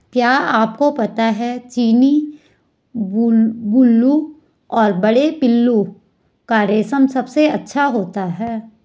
क्या आपको पता है चीनी, बूलू और बड़े पिल्लू का रेशम सबसे अच्छा होता है?